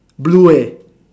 blue eh